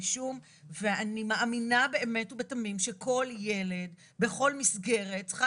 ואני מאמינה באמת ובתמים שכל ילד בכל מסגרת צריכה